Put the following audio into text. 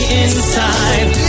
inside